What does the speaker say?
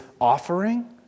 offering